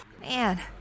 Man